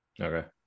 Okay